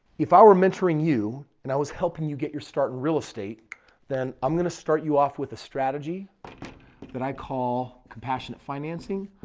if i were mentoring you and i was helping you get your start in real estate then i'm going to start you off with a strategy that i call compassionate financing.